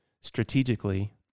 strategically